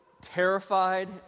terrified